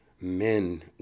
men